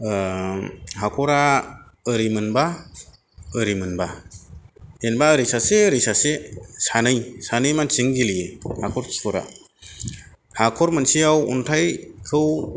हाखरा ओरै मोनबा ओरै मोनबा जेनेबा ओरै सासे ओरै सासे सानै सानै मानसिजोंनो गेलेयो हाखर खिखरा हाखर मोनसेयाव अन्थाइखौ